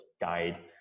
guide